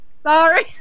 Sorry